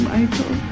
Michael